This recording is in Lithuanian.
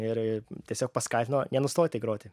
ir tiesiog paskatino nenustoti groti